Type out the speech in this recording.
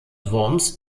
worms